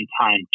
time